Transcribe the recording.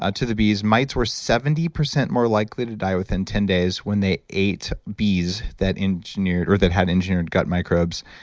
ah to the bees, mites were seventy percent more likely to die within ten days when they ate bees that engineered or that had engineered gut microbes,